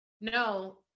no